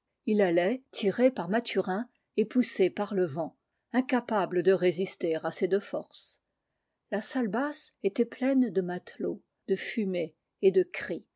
il allait tiré par mathurin et poussé par le vent incapable de résister à ces deux forces la salle basse était pleine de matelots de fumée et de cris